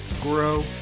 grow